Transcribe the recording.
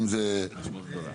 משמעות גדולה.